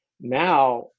Now